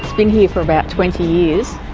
it's been here for about twenty years,